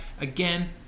again